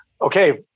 okay